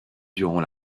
durant